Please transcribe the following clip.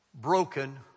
broken